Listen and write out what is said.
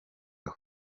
aho